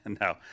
No